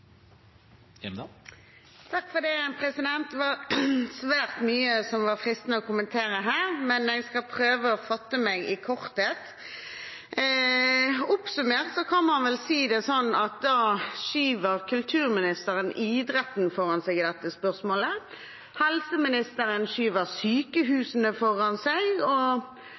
Det var svært mye som var fristende å kommentere her, men jeg skal prøve å fatte meg i korthet. Oppsummert kan man vel si det sånn at kulturministeren skyver idretten foran seg i dette spørsmålet, helseministeren skyver sykehusene foran seg, og